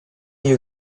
you